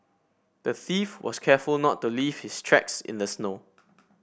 the thief was careful not to leave his tracks in the snow